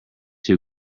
two